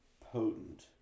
potent